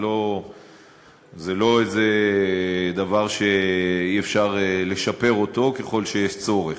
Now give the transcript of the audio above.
זה לא איזה דבר שאי-אפשר לשפר אותו, ככל שיש צורך.